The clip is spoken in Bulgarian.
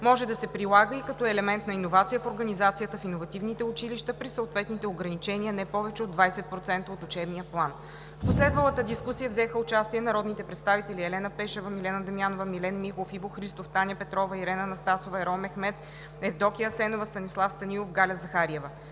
Може да се прилага и като елемент на иновация в организацията в иновативните училища при съответните ограничения – не повече от 20% от учебния план. В последвалата дискусия взеха участие народните представители Елена Пешева, Милена Дамянова, Милен Михов, Иво Христов, Таня Петрова, Ирена Анастасова, Ерол Мехмед, Евдокия Асенова, Станислав Станилов, Галя Захариева.